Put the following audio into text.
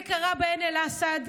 זה קרה בעין אל-אסד.